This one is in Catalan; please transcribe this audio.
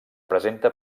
presenta